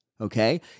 okay